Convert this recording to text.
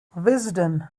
wisden